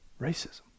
racism